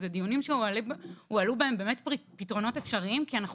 זה דיונים בהם הועלו פתרונות אפשריים כי אנחנו